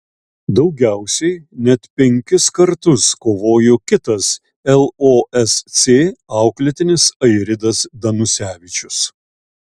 daugiausiai net penkis kartus kovojo kitas losc auklėtinis airidas danusevičius